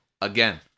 Again